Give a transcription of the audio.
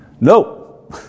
No